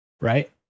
right